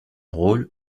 rôle